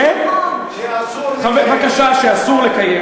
שאסור לקיים.